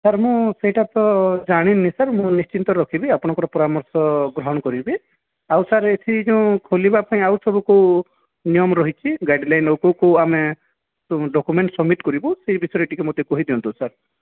sir ମୁଁ ସେଇଟା ତ ଜାଣିନି ସାର୍ ମୁଁ ନିଶ୍ଚିତ ରଖିବି ଆପଣଙ୍କର ପରାମର୍ଶ ଗ୍ରହଣ କରିବି ଆଉ ସାର୍ ଏଠି ଯୋଉ ଖୋଲିବା ପାଇଁ ଆଉ ସବୁ କୋଉ ନିୟମ ରହିଛି ଗାଇଡ଼୍ଲାଇନ୍ କୋଉ କୋଉ ଆମେ ସବୁ ଡକ୍ୟୁମେଣ୍ଟ୍ ସବ୍ମିଟ୍ କରିବୁ ସେଇ ବିଷୟରେ ଟିକିଏ ମୋତେ କହି ଦିଅନ୍ତୁ ସାର୍